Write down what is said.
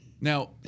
Now